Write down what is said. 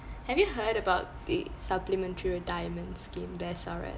have you heard about the supplementary retirement scheme the S_R_S